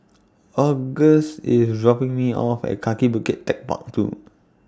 August IS dropping Me off At Kaki Bukit Techpark two